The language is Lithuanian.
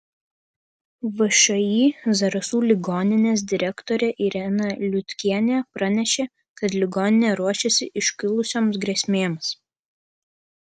všį zarasų ligoninės direktorė irena liutkienė pranešė kad ligoninė ruošiasi iškilusioms grėsmėms